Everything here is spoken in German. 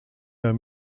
der